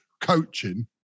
coaching